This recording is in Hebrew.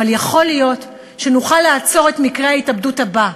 אבל יכול להיות שנוכל לעצור את מקרה ההתאבדות הבא.